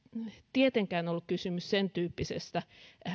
tietenkään ollut kysymys sentyyppisestä